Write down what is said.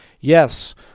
Yes